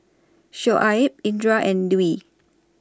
Shoaib Indra and Dwi